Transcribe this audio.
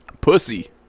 Pussy